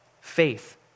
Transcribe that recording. faith